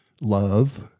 love